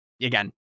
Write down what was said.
Again